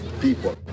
people